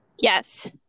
yes